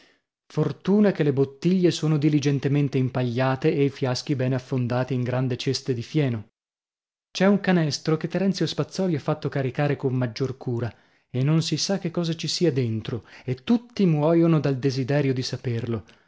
fortuna che le bottiglie sono diligentemente impagliate e i fiaschi bene affondati in grandi ceste di fieno c'è un canestro che terenzio spazzòli ha fatto caricare con maggior cura e non si sa che cosa ci sia dentro e tutti muoiono dal desiderio di saperlo